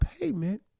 payment